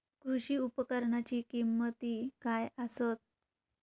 कृषी उपकरणाची किमती काय आसत?